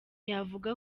yavuga